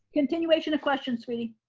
continuation of questions, sweetie,